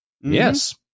Yes